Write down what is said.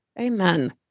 amen